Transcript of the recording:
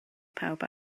pawb